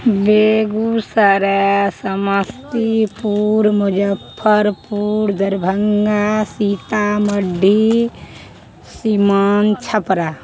Begusarai Samastipur Muzaffarpur Darbhanga Sitamarhi Siwan Chhapra